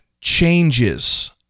changes